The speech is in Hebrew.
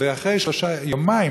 אחרי יומיים,